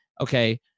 okay